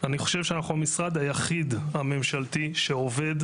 כי בסוף האוטומטי הזה יש